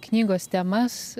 knygos temas